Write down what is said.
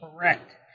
Correct